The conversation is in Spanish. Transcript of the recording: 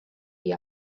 the